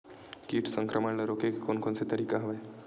कीट संक्रमण ल रोके के कोन कोन तरीका हवय?